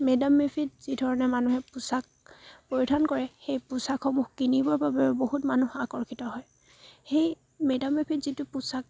madam মে' ফিত যিধৰণে মানুহে পোচাক পৰিধান কৰে সেই পোচাকসমূহ কিনিবৰ বাবে বহুত মানুহ আকৰ্ষিত হয় সেই মে'ডাম মে' ফিত যিটো পোচাক